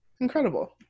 Incredible